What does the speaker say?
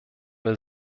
wir